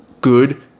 good